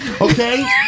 okay